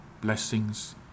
blessings